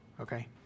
okay